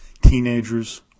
teenagers